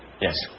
Yes